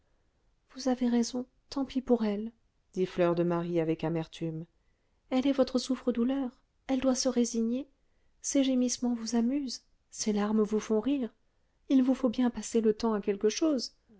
vous avez raison tant pis pour elle dit fleur de marie avec amertume elle est votre souffre-douleur elle doit se résigner ses gémissements vous amusent ses larmes vous font rire il vous faut bien passer le temps à quelque chose